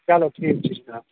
چلو ٹھیٖک چھُ جِناب